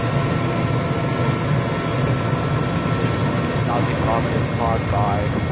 seems to be one of the biggest reasons for medical use is to limit the nausea and vomiting caused by